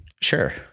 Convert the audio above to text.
Sure